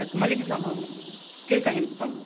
மளிகை சாமான் வேணும் கீழ்காயின் குப்பம்